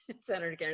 Senator